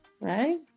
right